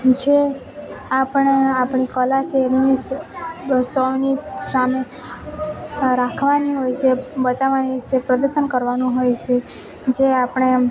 જે આપણે આપણી કલા છે એમની સૌની સામે રાખવાની હોય છે બતાવવાની હોય છે પ્રદર્શન કરવાનું હોય છે જે આપણે એમ